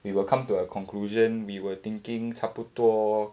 we will come to a conclusion we were thinking 差不多